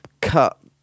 cut